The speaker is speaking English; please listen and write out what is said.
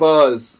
Buzz